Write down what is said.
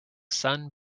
sun